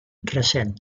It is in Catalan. recent